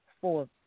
four